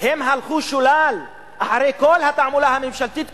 הם הלכו שולל אחרי כל התעמולה הממשלתית,